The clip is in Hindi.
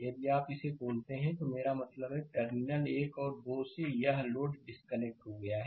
यदि आप इसे खोलते हैं मेरा मतलब है कि टर्मिनल 1 और 2 से यह लोड डिस्कनेक्ट हो गया है